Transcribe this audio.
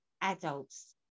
adults